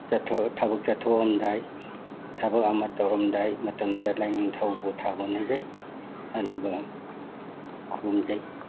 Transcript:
ꯊꯕꯛ ꯆꯠꯊꯣꯛꯑꯝꯗꯥꯏ ꯊꯕꯛ ꯑꯃ ꯇꯧꯔꯝꯗꯥꯏ ꯃꯇꯝꯗ ꯂꯥꯏꯅꯤꯡꯊꯧꯕꯨ ꯊꯥꯒꯣꯟꯅꯖꯩ ꯑꯗꯨꯒ ꯈꯨꯔꯨꯝꯖꯩ